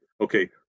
Okay